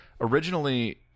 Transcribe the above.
originally